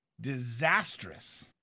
disastrous